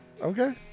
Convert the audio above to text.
Okay